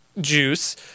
juice